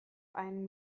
einem